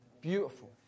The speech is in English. Beautiful